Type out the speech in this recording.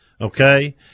Okay